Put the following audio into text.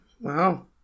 Wow